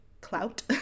clout